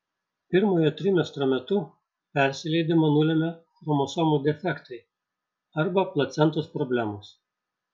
pirmojo trimestro metu persileidimą nulemia chromosomų defektai arba placentos problemos